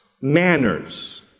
manners